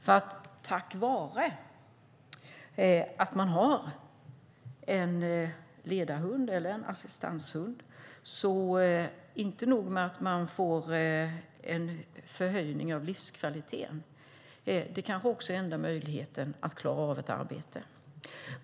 Inte nog att man får en förhöjning av livskvaliteten tack vare att man har en ledarhund eller en assistanshund, utan det kan vara den enda möjligheten att klara av ett arbete.